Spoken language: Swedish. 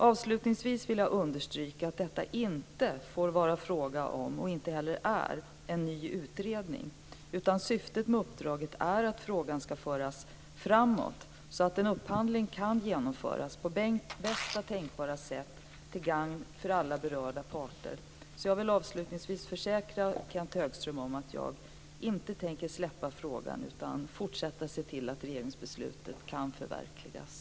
Avslutningsvis vill jag understryka att detta inte får vara och inte heller är fråga om en ny utredning, utan syftet med uppdraget är att frågan ska föras framåt så att en upphandling kan genomföras på bästa tänkbara sätt till gagn för alla berörda parter. Jag vill slutligen försäkra Kenth Högström att jag inte tänker släppa frågan utan fortsätta att se till att regeringsbeslutet kan förverkligas.